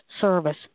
service